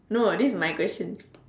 no this is my question